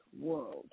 world